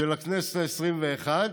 של הכנסת העשרים-ואחת,